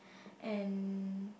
and